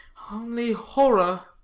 only horror,